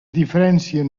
diferencien